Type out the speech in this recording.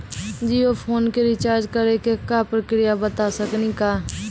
Jio phone के रिचार्ज करे के का प्रक्रिया बता साकिनी का?